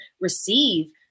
receive